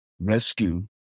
rescue